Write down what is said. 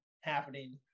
happening